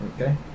Okay